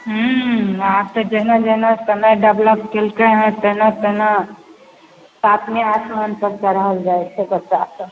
हूँ आब तऽ जेना जेना समय डेवलप केलकै हँ तेना तेना सातमे आसमानपर चढ़ल जाइ छै बच्चासब